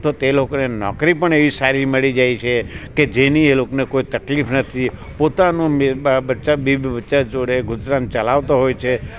તો તે લોકોને નોકરી પણ એવી સારી મળી જાય છે કે જેની એ લોકોને કોઈ તકલીફ નથી પોતાનું બેબી બચ્ચા જોડે ગુજરાન ચલાવતો હોય છે